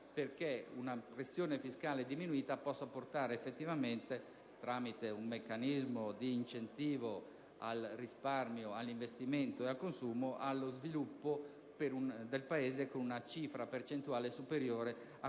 affinché una pressione fiscale diminuita possa determinare, tramite un meccanismo di incentivo al risparmio, all'investimento e al consumo, lo sviluppo del Paese con una cifra percentuale superiore a